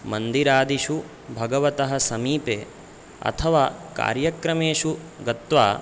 मन्दिरादिषु भगवतः समीपे अथवा कार्यक्रमेषु गत्वा